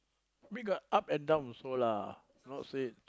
I mean got up and down also lah not say